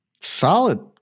Solid